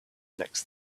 next